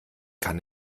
kann